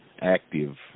active